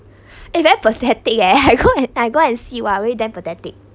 eh very pathetic eh I go and I go and see !wah! very then pathetic